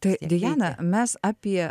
tai diana mes apie